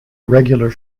regular